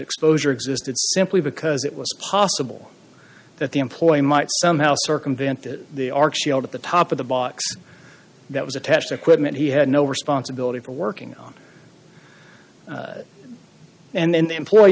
exposure existed simply because it was possible that the employee might somehow circumvent that the arc shield at the top of the box that was attached equipment he had no responsibility for working on and the employee